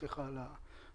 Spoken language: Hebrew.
סליחה על הביטוי.